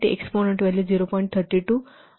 32 आहे